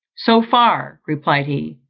so far, replied he,